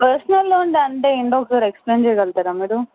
personal loan అంటే ఏంటో ఒకసారి ఎక్స్ప్లెయిన్ చేయగలుగుతారా మీరు